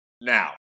Now